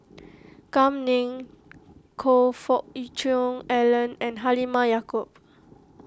Kam Ning Choe Fook Cheong Alan and Halimah Yacob